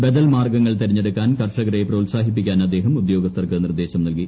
ബദൽമാർഗ്ഗങ്ങൾ തെരഞ്ഞെടുക്കാൻ കർഷകരെ പ്രോത്സാഹിപ്പിക്കാൻ അദ്ദേഹം ഉദ്യോഗസ്ഥർക്ക് നിർദ്ദേശം നൽകി